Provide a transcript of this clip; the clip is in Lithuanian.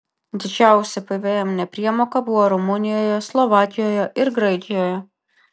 didžiausia pvm nepriemoka buvo rumunijoje slovakijoje ir graikijoje